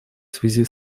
связи